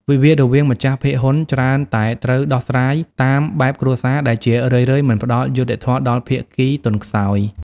វិវាទរវាងម្ចាស់ភាគហ៊ុនច្រើនតែត្រូវដោះស្រាយតាមបែបគ្រួសារ ដែលជារឿយៗមិនផ្ដល់យុត្តិធម៌ដល់ភាគីទន់ខ្សោយ។